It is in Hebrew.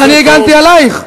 אבל הגנתי עלייך.